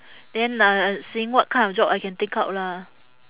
then uh seeing what kind of job I can take up lah